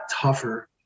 tougher